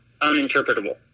uninterpretable